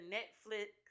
Netflix